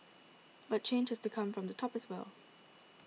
but change has to come from the top as well